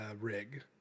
rig